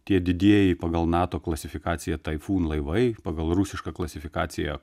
tie didieji pagal nato klasifikaciją taifūnų laivai pagal rusišką klasifikaciją